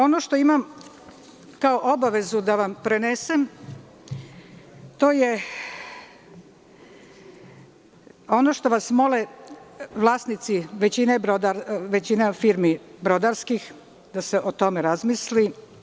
Ono što imam kao obavezu da vam prenesem, a to je ono što vas mole vlasnici većine brodarskih firmi, da se o tome razmisli.